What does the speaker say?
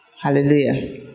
Hallelujah